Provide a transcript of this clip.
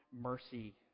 mercy